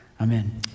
Amen